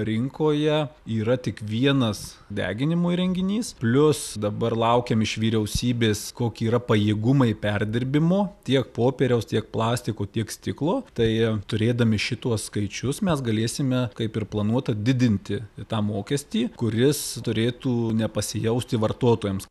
rinkoje yra tik vienas deginimo įrenginys plius dabar laukiam iš vyriausybės koki yra pajėgumai perdirbimo tiek popieriaus tiek plastiko tiek stiklo tai turėdami šituos skaičius mes galėsime kaip ir planuota didinti tą mokestį kuris turėtų nepasijausti vartotojams